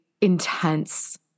intense